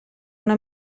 una